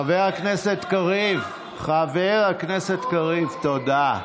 חבר הכנסת קריב, חבר הכנסת קריב, תודה.